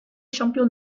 champion